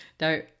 No